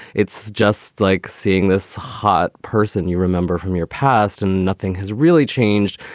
it's just like seeing this hot person you remember from your past. and nothing has really changed.